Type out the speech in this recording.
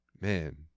Man